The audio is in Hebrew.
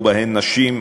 ובהן נשים,